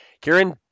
Kieran